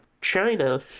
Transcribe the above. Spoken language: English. china